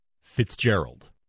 fitzgerald